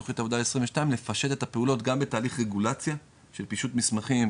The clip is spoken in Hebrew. תוכנית העבודה 2022 לפשט את הפעולות גם בתהליך רגולציה של פישוט מסמכים,